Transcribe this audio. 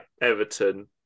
Everton